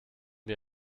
wir